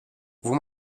vous